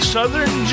Southern